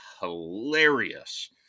hilarious